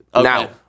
Now